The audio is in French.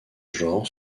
genre